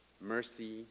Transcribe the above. mercy